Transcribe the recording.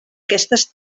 aquestes